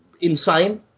insane